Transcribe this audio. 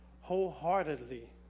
wholeheartedly